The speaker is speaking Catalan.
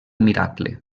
miracle